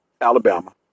Alabama